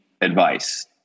advice